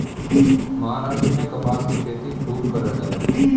महाराष्ट्र में कपास के खेती खूब करल जाला